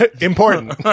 important